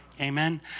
Amen